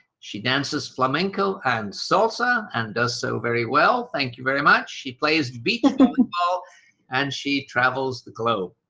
she dances flamenco and salsa and does so very well, thank you very much. she plays beach volleyball and she travels the globe.